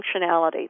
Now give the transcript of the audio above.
functionality